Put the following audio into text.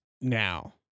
now